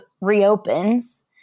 reopens